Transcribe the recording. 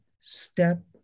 step